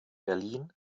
berlin